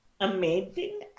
amazing